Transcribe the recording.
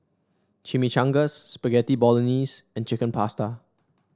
Chimichangas Spaghetti Bolognese and Chicken Pasta